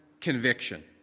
conviction